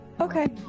okay